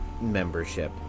membership